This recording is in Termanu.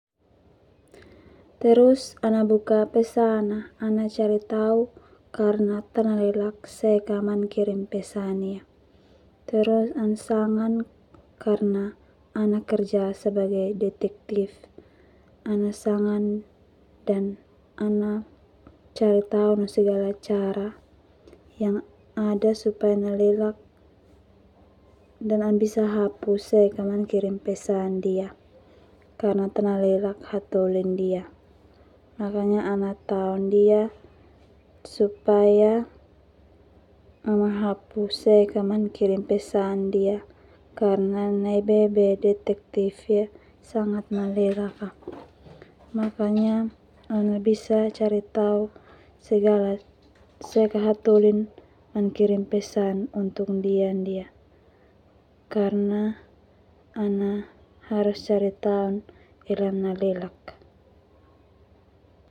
Terus ana buka pesan a ana cari tau karna ta nalelak seka man kirim pesan ia. Terus ana sangan karena ana kerja sebagai detektif, ana sangan dan ana cari tau no segala cara yang ada supaya nalelak dan ana bisa hapu sek ka mankrim pesan ndia karena ta nalelak hatoli ndia. Makanya ana tao ndia supaya ana hapu sek ka man krim pesan ndia karna naibe be detektif ia sangat Malelak a. Makanya ana bisa cari tau seka hatolin man kirim pesan untuk ndia dia ndia karena ana harus cari tau ela nalelak.